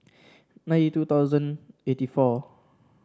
ninety two thousand eighty four